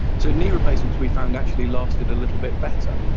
so knee replacements we found actually lasted a little bit better.